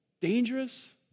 Dangerous